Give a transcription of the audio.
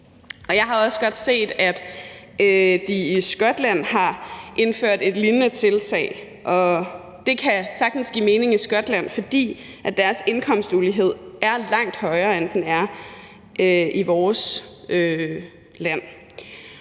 Jeg har også godt set, at de i Skotland har indført et lignende tiltag. Det kan sagtens give mening i Skotland, fordi deres indkomstulighed er langt højere, end den er i vores land.